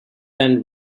and